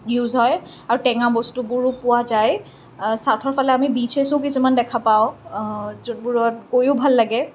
use হয় আৰু টেঙা বস্তুবোৰো পোৱা যায় ছাউথৰফালে আমি বিছেছো কিছুমান দেখা পাওঁ যোনবোৰত গৈও ভাল লাগে